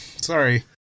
Sorry